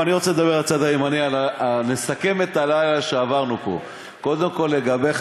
גברתי היושבת-ראש, חברי הכנסת, קודם כול, ביטן,